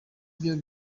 byo